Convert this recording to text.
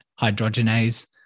hydrogenase